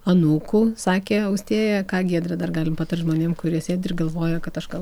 anūkų sakė austėja ką giedrė dar gali patart žmonėm kurie sėdi ir galvoja kad aš gal